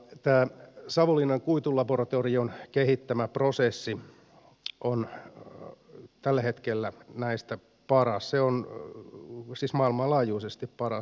tämä savonlinnan kuitulaboratorion kehittämä prosessi on tällä hetkellä näistä paras siis maailmanlaajuisesti paras